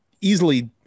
Easily